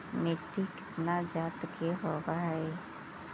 मिट्टी कितना जात के होब हय?